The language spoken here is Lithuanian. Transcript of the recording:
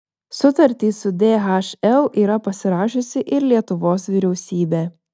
sutartį su dhl yra pasirašiusi ir lietuvos vyriausybė